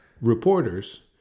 reporters